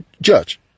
judge